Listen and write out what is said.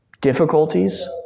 difficulties